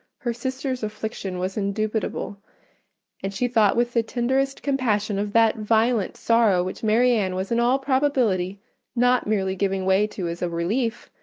her sister's affliction was indubitable and she thought with the tenderest compassion of that violent sorrow which marianne was in all probability not merely giving way to as a relief,